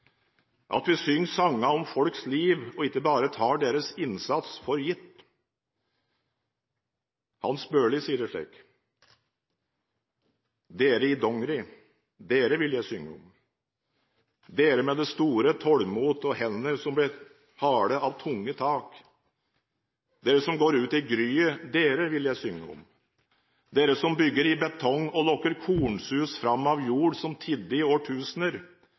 at vi synger sangene om folks liv og ikke bare tar deres innsats for gitt. Hans Børli sier det slik: «Dere i dongery, dere vil jeg synge om. Dere med det store tålmot og hender som ble harde av tunge tak. Dere som går ut i gryet, dere vil jeg synge om. Dere som bygger i betong og lokker kornsus fram av jord som tidde i årtusener.